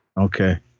Okay